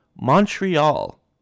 Montreal